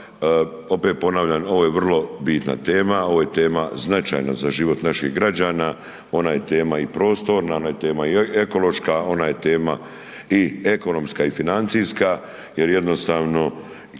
opet ponavljam, ovo je vrlo bitna tema, ovo je tema značajna za život naših građana, ona je tema i prostorna, ona je tema i ekološka, ona je tema i ekonomska i financijska jer jednostavno